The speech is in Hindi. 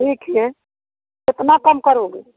ठीक है कितना कम करोगे